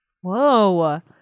Whoa